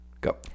go